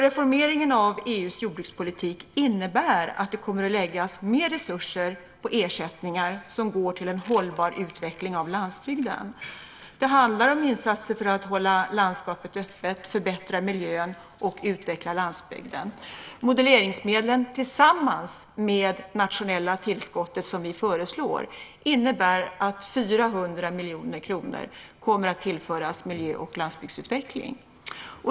Reformeringen av EU:s jordbrukspolitik innebär att det kommer att läggas mer resurser på ersättningar som går till en hållbar utveckling av landsbygden. Det handlar om insatser för att hålla landskapet öppet, förbättra miljön och utveckla landsbygden. Moduleringsmedlen tillsammans med det nationella tillskott som vi föreslår innebär att 400 miljoner kronor kommer att tillföras miljö och landsbygdsutveckling.